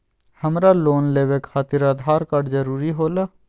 हमरा लोन लेवे खातिर आधार कार्ड जरूरी होला?